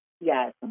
Yes